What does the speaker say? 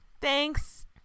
Thanks